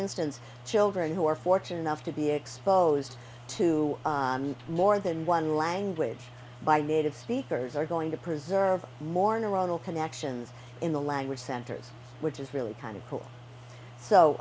instance children who are fortunate enough to be exposed to more than one language by native speakers are going to preserve more narrow connections in the language centers which is really kind of cool so